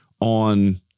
on